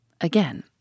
Again